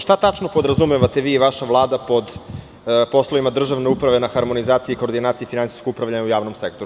Šta tačno podrazumevate vi i vaša Vlada pod poslovima državne uprave na harmonizaciji i koordinaciji finansijskog upravljanja u javnom sektoru?